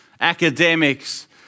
academics